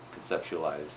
conceptualized